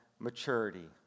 Maturity